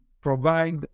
provide